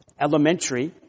elementary